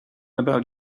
about